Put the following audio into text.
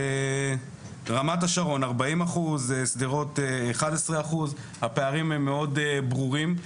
רמת השרון 40%, שדרות 11%. הפערים הם מאוד ברורים.